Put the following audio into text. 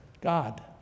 God